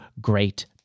great